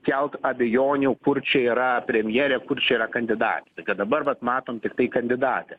kelt abejonių kur čia yra premjerė kur čia yra kandidatė kad dabar vat matom tiktai kandidatę